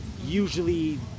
usually